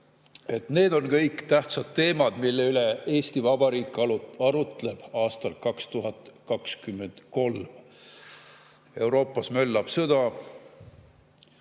need on kõik tähtsad teemad, mille üle Eesti Vabariik arutleb aastal 2023. Euroopas möllab sõda,